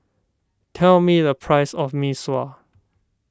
tell me the price of Mee Sua